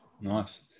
Nice